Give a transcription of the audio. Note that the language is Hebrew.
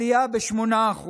עלייה ב-8%.